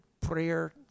prayer